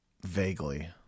Vaguely